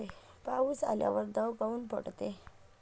पाऊस आल्यावर दव काऊन पडते?